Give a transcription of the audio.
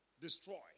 destroy